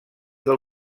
del